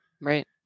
Right